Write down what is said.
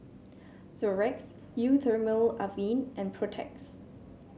Xorex Eau Thermale Avene and Protex